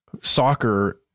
soccer